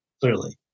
clearly